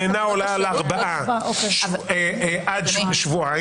חודשים ואינה עולה על ארבעה חודשים, עד שבועיים.